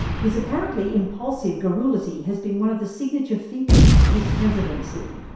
his apparently impulsive garrulity has been one of the signature features of his presidency.